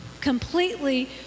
completely